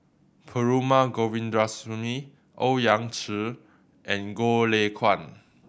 Perumal Govindaswamy Owyang Chi and Goh Lay Kuan